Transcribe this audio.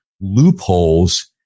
loopholes